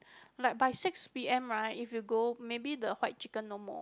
like by six P_M right if you go maybe the white chicken no more